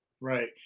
Right